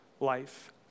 life